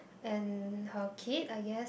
and her kid I guess